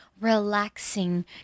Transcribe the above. relaxing